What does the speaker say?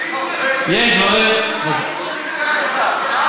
אתמול היה דיון בוועדת הכלכלה.